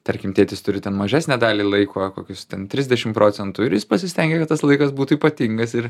tarkim tėtis turi ten mažesnę dalį laiko kokius ten trisdešim procentų ir jis pasistengia kad tas laikas būtų ypatingas ir